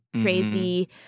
crazy